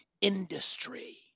industry